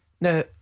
Now